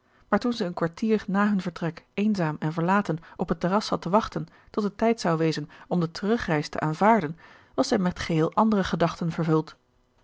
maar toen zij een kwartier na hun vertrek eenzaam en verlaten op het terras zat te wachten tot het tijd zou wezen om de terugreis te aanvaarden was zij met geheel andere gedachten vervuld